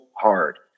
hard